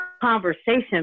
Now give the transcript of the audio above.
conversation